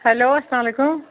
hello اسلامُ علیکُم